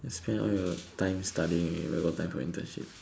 spend all your time studying you where got time for internship